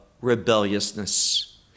rebelliousness